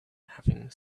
having